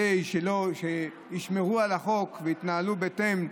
כדי שישמרו על החוק ויתנהלו בהתאם.